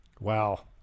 Wow